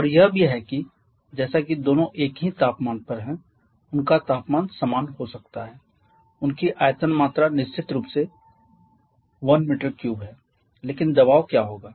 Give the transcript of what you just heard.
और यह भी है की जैसा कि दोनों एक ही तापमान पर हैं उनका तापमान समान हो सकता है उनकी आयतन मात्रा निश्चित रूप से 1 m3 है लेकिन दबाव क्या होगा